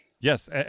Yes